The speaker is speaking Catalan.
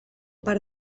part